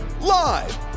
Live